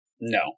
No